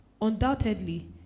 Undoubtedly